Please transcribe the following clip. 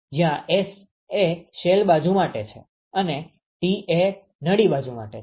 જ્યાં s એ shell બાજુ માટે છે અને t એ નળી બાજુ માટે છે